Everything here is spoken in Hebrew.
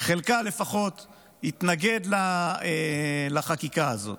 חלקה לפחות יתנגד לחקיקה הזאת,